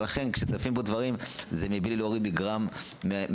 לכן כשצפים פה דברים זה בלי להוריד בגרם מההערכה,